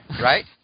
right